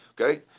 okay